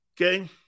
Okay